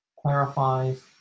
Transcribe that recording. Clarifies